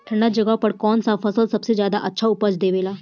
ठंढा जगह पर कौन सा फसल सबसे ज्यादा अच्छा उपज देवेला?